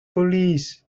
police